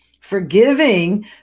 forgiving